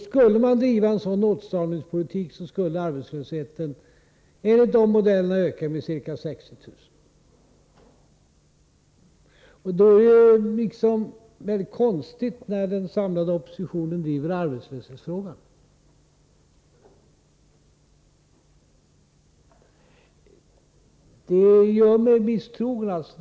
Skulle man driva en åtstramningspolitik enligt de moderata modellerna skulle arbetslösheten öka med ca 60 000. Då är det konstigt när den samlade oppositionen driver arbetslöshetsfrågan. Det gör mig misstrogen.